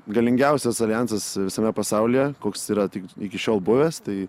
galingiausias aljansas visame pasaulyje koks yra tik iki šiol buvęs tai